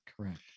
Correct